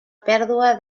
pèrdua